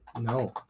No